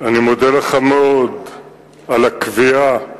לך מאוד על הקביעה